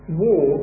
war